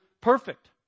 perfect